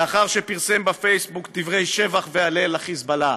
לאחר שפרסם בפייסבוק דברי שבח והלל ל"חיזבאללה".